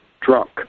drunk